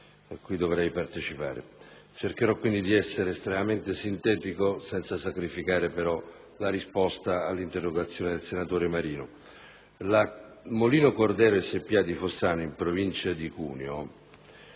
cui dovrei partecipare. Cercherò quindi di essere estremamente sintetico, senza sacrificare però la risposta all'interrogazione del senatore Marino. La Molino Cordero Spa di Fossano, in provincia di Cuneo,